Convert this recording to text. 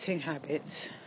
habits